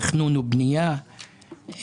תכנון ובנייה,